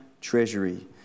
treasury